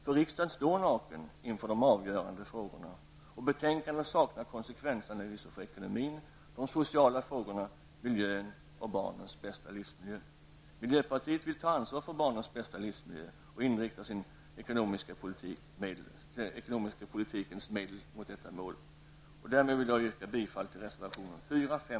För riksdagen står naken inför de avgörande frågorna, och betänkandet saknar konsekvensanalyser för ekonomin, de sociala frågorna, miljön och barnens bästa livsmiljö. Miljöpartiet vill ta ansvar för barnens bästa livsmiljö och inrikta den ekonomiska politikens medel mot detta mål. Därmed vill jag yrka bifall till reservationerna 4, 5,